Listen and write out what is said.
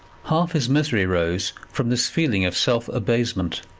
half his misery rose from this feeling of self-abasement,